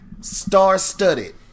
star-studded